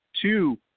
two